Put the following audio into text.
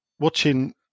watching